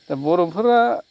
दा बर' फोरा